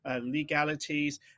legalities